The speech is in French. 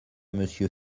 monsieur